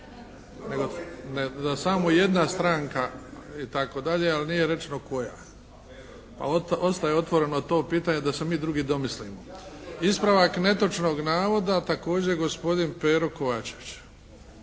nego da samo jedna stranka, itd. ali nije rečeno koja. Pa ostaje otvoreno to pitanje da se mi drugi domislimo. Ispravak netočnog navoda, također gospodin Pero Kovačević.